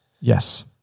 Yes